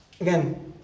again